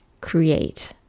create